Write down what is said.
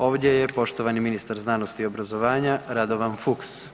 Ovdje je poštovani ministar znanosti i obrazovanja Radovan Fuchs.